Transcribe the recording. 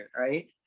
right